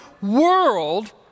world